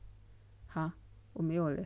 !huh! 没有 leh